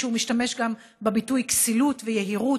כשהוא משתמש גם במילים "כסילות" ו"יהירות",